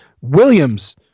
Williams